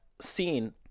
scene